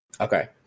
Okay